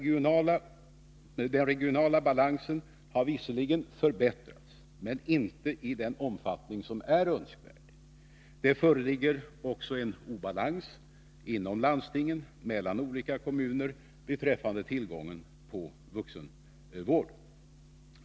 Den regionala balansen har visserligen förbättrats, men inte i den omfattning som är önskvärd. Det föreligger också en obalans inom landstingen mellan olika kommuner beträffande tillgång på vuxentandvård.